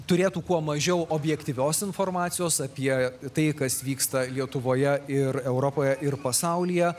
turėtų kuo mažiau objektyvios informacijos apie tai kas vyksta lietuvoje ir europoje ir pasaulyje